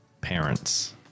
parents